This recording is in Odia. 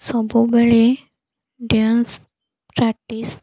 ସବୁବେଳେ ଡ୍ୟାନ୍ସ ପ୍ରାକ୍ଟିସ୍